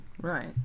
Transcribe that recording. right